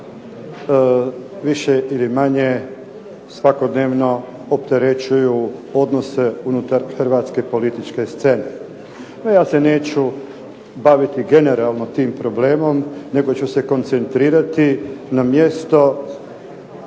više ili manje svakodnevno opterećuju odnose unutar hrvatske političke scene. No, ja se neću baviti generalno tim problemom nego ću se koncentrirati na mjesto